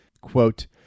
Quote